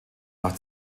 nach